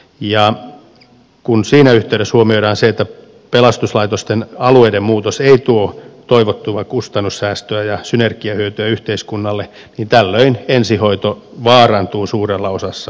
ja kun siinä että suomi elää se että pelastuslaitosten alueiden muutos ei tuo toivottua kustannussäästöä ja synergiahyötyjä yhteiskunnalle tällöin ensihoito vaarantuu suurellaosassa